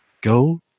go